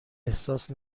احساس